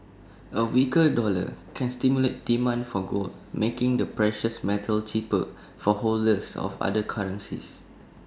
A weaker dollar can stimulate demand for gold making the precious metal cheaper for holders of other currencies